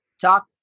Talk